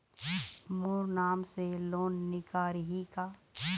मोर नाम से लोन निकारिही का?